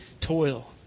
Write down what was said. toil